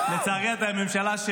לצערי, אתה בממשלה,